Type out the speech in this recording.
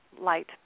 light